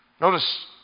Notice